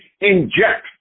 inject